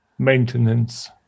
Maintenance